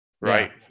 Right